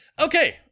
okay